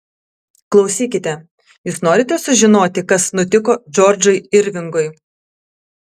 klausykite jūs norite sužinoti kas nutiko džordžui irvingui